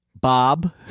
Bob